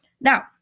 Now